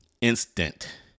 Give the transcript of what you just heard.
instant